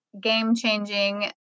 game-changing